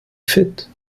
fit